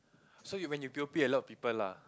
so you when you p_o_p a lot of people lah